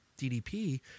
DDP